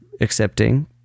accepting